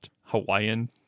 Hawaiian